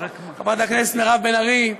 חברת הכנסת מירב בן ארי,